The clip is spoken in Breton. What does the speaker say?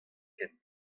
ken